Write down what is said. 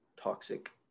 toxic